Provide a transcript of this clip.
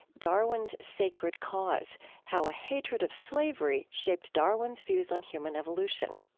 darwin's sacred cause how a hatred of slavery shaped darwin's views on human evolution.